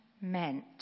meant